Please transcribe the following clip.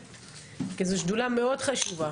כי זו שדולה מאוד חשובה